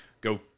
go